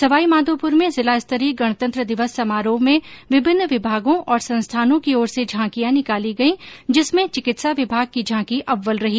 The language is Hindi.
सवाईमाधोपुर मेँ जिला स्तरीय गणतंत्र दिवस समारोह में विभिन्न विभागों और संस्थानों की ओर से झांकिया निकाली गई जिसमें चिकित्सा विभाग की झांकी अव्वल रही